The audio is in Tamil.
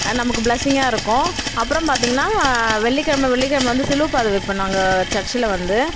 நமக்கு பிளஸ்ஸிங்கா இருக்கும் அப்புறம் பார்த்தீங்கன்னா வெள்ளிக்கெழமை வெள்ளிக்கெழமை வந்து சிலுவைப் பாதை வைப்போம் நாங்கள் சர்ச்சில் வந்து